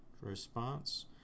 Response